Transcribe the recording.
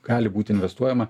gali būt investuojama